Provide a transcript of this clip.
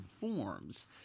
forms